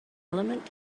element